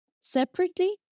separately